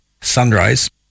sunrise